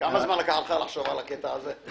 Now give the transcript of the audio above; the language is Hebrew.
כמה זמן לקח לך לחשוב על הקטע הזה?